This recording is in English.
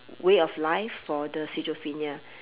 way of life for the schizophrenia